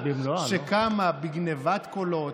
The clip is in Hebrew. אני אלך לבדוק מה הוא עושה באמת.